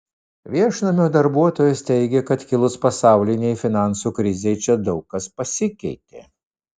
viešnamio darbuotojos teigia kad kilus pasaulinei finansų krizei čia daug kas pasikeitė